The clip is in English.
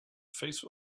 face